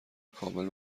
کامل